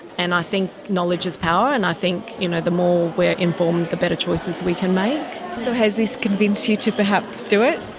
and i think knowledge is power, and i think you know the more we're informed the better choices we can make. so has this convinced you to perhaps do it?